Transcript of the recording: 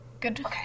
Good